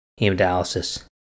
hemodialysis